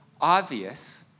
obvious